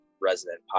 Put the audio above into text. resident